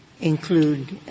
include –